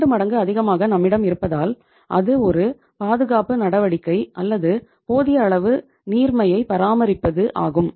இரண்டு மடங்கு அதிகமாக நம்மிடம் இருப்பதால் அது ஒரு பாதுகாப்பு நடவடிக்கை அல்லது போதிய அளவு நீர்மையை பராமரிப்பது ஆகும்